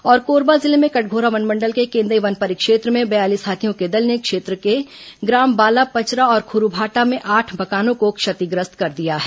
और कोरबा जिले में कटघोरा वनमंडल के केंदई वन परिक्षेत्र में बयालीस हाथियों के दल ने क्षेत्र के ग्राम बालापचरा और खुरूभाठा में आठ मकानों को क्षतिग्रस्त कर दिया है